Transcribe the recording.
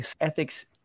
ethics